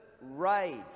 rage